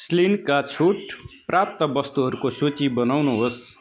स्लिनका छुट प्राप्त वस्तुहरूको सूची बनाउनुहोस्